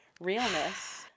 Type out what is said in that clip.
realness